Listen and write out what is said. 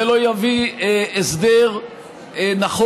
זה לא יביא הסדר נכון,